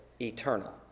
eternal